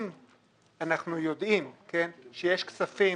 אנחנו יודעים שיש כספים